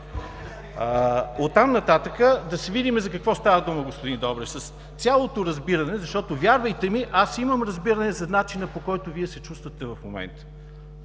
Оттам нататък да видим за какво става дума, господин Добрев. С цялото разбиране, защото, вярвайте ми, аз имам разбиране за начина, по който Вие се чувствате в момента,